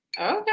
Okay